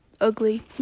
Ugly